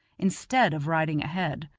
instead of riding ahead.